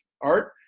art